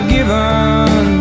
Given